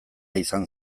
izan